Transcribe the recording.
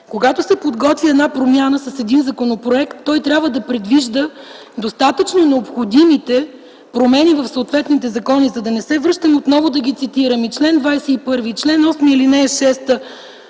Когато се подготвя една промяна с един законопроект, той трябва да предвижда достатъчно необходимите промени в съответните закони. За да не се връщам отново да ги цитирам – чл. 21 и чл. 8, ал. 6